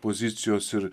pozicijos ir